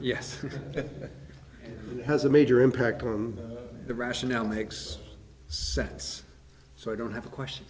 yes it has a major impact on the rationale makes sense so i don't have a question